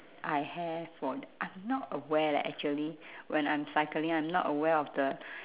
I have or I'm not aware leh actually when I'm cycling I'm not aware of the